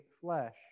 flesh